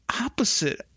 opposite